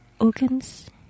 organs